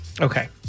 Okay